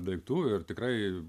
daiktų ir tikrai